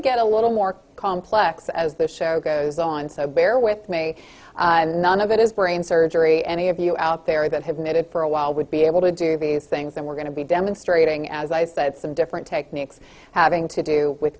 to get a little more complex as this show goes on so bear with me and none of it is brain surgery any of you out there that have made it for a while would be able to do these things and we're going to be demonstrating as i said some different techniques having to do with